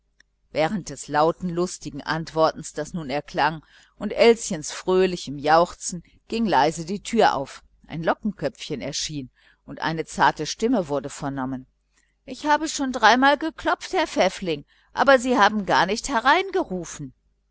während des lauten lustigen antwortens das nun erklang und elschens fröhlichem jauchzen ging leise die türe auf ein lockenköpfchen erschien und eine zarte stimme wurde vernommen ich habe schon drei mal geklopft herr pfäffling aber sie haben gar nicht